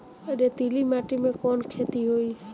रेतीली माटी में कवन खेती होई?